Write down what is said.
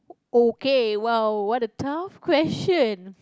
okay well what a tough question